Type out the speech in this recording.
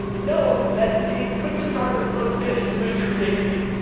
know that being quick to start but slow to finish can boost your creativity,